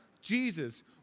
Jesus